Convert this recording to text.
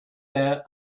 their